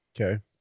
Okay